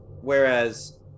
Whereas